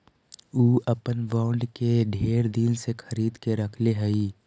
ऊ अपन बॉन्ड के ढेर दिन से खरीद के रखले हई